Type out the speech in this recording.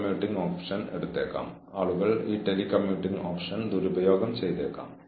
കൂടാതെ നിങ്ങൾ അടുപ്പിലേക്ക് പോകുമ്പോൾ ഇരുമ്പ് ചൂടാകുമ്പോൾ അത് പ്രസരിക്കുന്നു